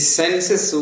senses